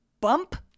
bump